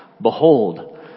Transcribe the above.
behold